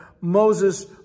Moses